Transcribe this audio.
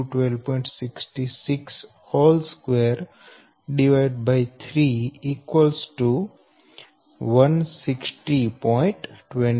66 kV તેથી ZB1 BLL2B3ɸ 3 12